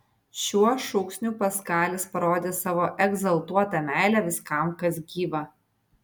šiuo šūksniu paskalis parodė savo egzaltuotą meilę viskam kas gyva